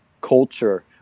culture